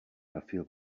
dafür